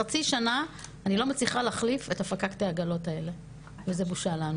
חצי שנה אני לא מצליחה להחליף את ה-פקקטה עגלות האלה וזה בושה לנו,